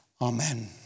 Amen